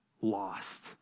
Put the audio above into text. lost